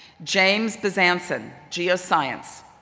james besancon, geoscience.